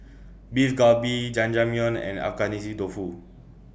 Beef Galbi Jajangmyeon and Agedashi Dofu